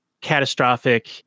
catastrophic